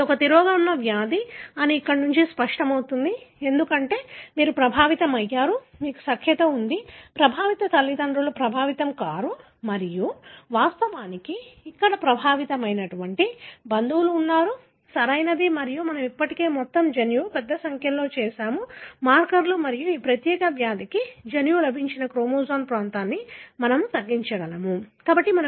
ఇది ఒక తిరోగమన వ్యాధి అని ఇక్కడ నుండి స్పష్టమవుతుంది ఎందుకంటే మీరు ప్రభావితమయ్యారు మీకు సఖ్యత ఉంది ప్రభావిత తల్లిదండ్రులు ప్రభావితం కాదు మరియు వాస్తవానికి ఇక్కడ ప్రభావితమైన బంధువులు ఉన్నారు సరియైనది మరియు మనము ఇప్పటికే మొత్తం జన్యువు పెద్ద సంఖ్యలో చేశాము మార్కర్ల మరియు ఈ ప్రత్యేక వ్యాధికి జన్యువు లభించిన క్రోమోజోమ్ ప్రాంతాన్ని మనము తగ్గించగలము సరేనా